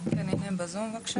בבקשה.